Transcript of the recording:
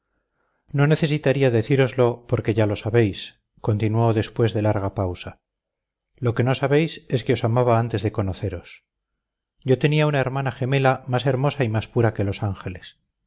no necesitaría decíroslo porque ya lo sabéis continuó después de larga pausa lo que no sabéis es que os amaba antes de conoceros yo tenía una hermana gemela más hermosa y más pura que los ángeles